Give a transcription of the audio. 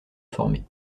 former